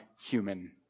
human